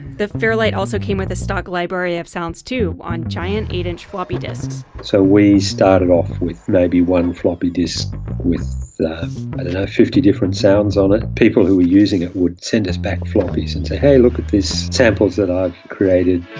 the fairlight also came with a stock library of sounds too, on giant eight inch floppy disks. so we started off with maybe one floppy disk with fifty different sounds on it. people who were using it would send us back floppies and say hey look at these samples i've created.